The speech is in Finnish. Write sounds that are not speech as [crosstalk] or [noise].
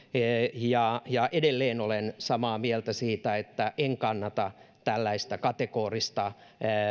[unintelligible] ja ja edelleen olen samaa mieltä siitä että en kannata tällaista kategorista